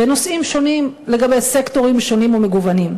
בנושאים שונים לגבי סקטורים שונים ומגוונים.